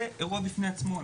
זה אירוע בפני עצמו.